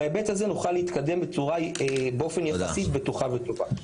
בהיבט הזה נוכל להתקדם באופן יחסי בטוחה וטובה.